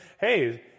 Hey